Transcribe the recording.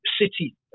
City